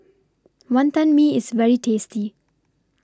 Wantan Mee IS very tasty